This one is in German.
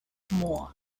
moor